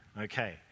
Okay